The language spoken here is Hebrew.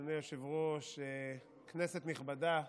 אדוני היושב-ראש, כנסת נכבדה,